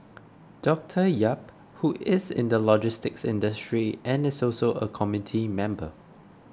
Doctor Yap who is in the logistics industry and is also a committee member